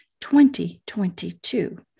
2022